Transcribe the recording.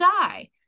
die